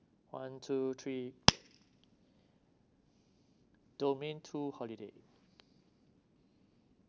one two three domain two holiday